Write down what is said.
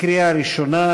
קריאה ראשונה,